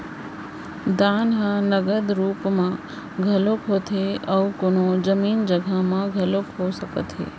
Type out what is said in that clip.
दान ह नगद रुप म घलोक होथे अउ कोनो जमीन जघा म घलोक हो सकत हे